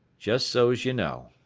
just so's you know.